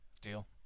Deal